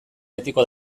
betiko